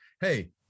Hey